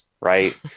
right